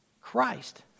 Christ